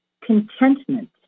contentment